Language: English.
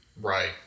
Right